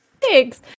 thanks